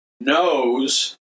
knows